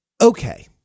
Okay